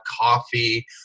coffee